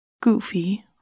goofy